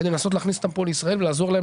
ולנסות להכניס אותם פה לישראל ולעזור להם